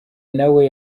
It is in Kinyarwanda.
nawe